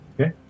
Okay